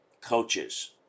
Coaches